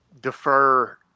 defer